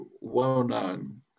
well-known